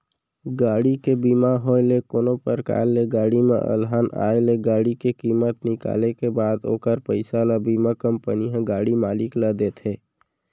गाड़ी के बीमा होय ले कोनो परकार ले गाड़ी म अलहन आय ले गाड़ी के कीमत निकाले के बाद ओखर पइसा ल बीमा कंपनी ह गाड़ी मालिक ल देथे